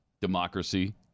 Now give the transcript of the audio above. democracy